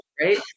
right